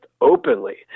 openly